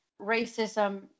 racism